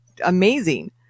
amazing